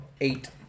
Eight